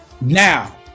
Now